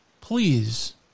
please